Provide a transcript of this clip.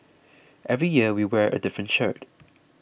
every year we wear a different shirt